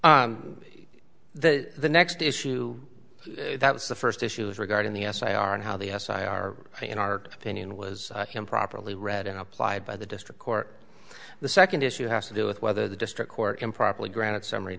mark the the next issue that's the first issue is regarding the s i are and how the s and i are in our opinion was improperly read and applied by the district court the second issue has to do with whether the district court improperly granted summary